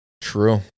True